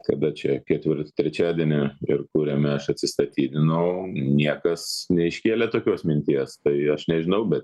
kada čia ketvirt trečiadienį ir kuriame aš atsistatydinau niekas neiškėlė tokios minties tai aš nežinau bet